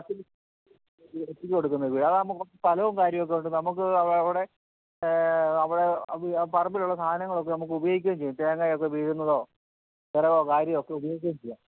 കൊടുക്കുന്ന വീടാ അതാവുമ്പോൾ കുറച്ച് സ്ഥലവും കാര്യവും ഒക്കെ ഉണ്ട് നമുക്ക് അവിടെ അവിടെ പറമ്പിലുള്ള സാധനങ്ങളൊക്കെ നമുക്ക് ഉപയോഗിക്കുകയും ചെയ്യും തേങ്ങയൊക്കെ വീഴുന്നതോ വിറകോ കാര്യവും ഒക്കെ ഉപയോഗിക്കുകയും ചെയ്യാം